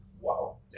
Wow